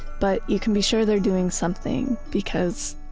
but you can be sure they're doing something because,